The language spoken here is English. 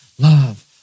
love